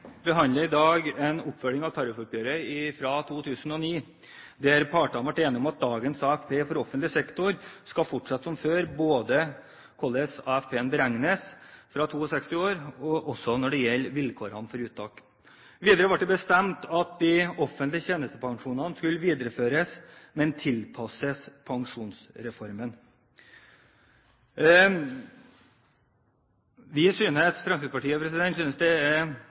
behandler i dag en oppfølging av tariffoppgjøret fra 2009, der partene ble enige om at dagens AFP for offentlig sektor skal fortsette som før, både når det gjelder hvordan AFP beregnes fra 62 år, og vilkårene for uttak. Videre ble det bestemt at de offentlige tjenestepensjonene skulle videreføres, men tilpasses Pensjonsreformen. Fremskrittspartiet synes det er